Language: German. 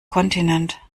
kontinent